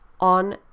on